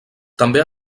també